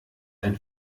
ein